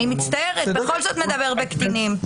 אני מצטערת, בכל זאת מדובר בקטינים.